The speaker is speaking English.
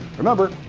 remember,